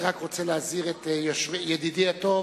אני רק רוצה להזהיר את ידידי הטוב,